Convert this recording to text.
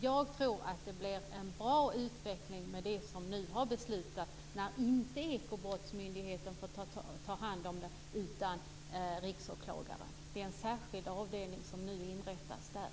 Jag tror att det blir en bra utveckling i och med det som nu har beslutats, nämligen att Ekobrottsmyndigheten inte får ta hand om det här utan att Riksåklagaren får göra det. Och en särskild avdelning inrättas nu där.